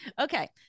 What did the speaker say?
Okay